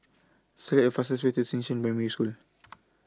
Select The fastest Way to Xishan Primary School